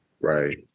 Right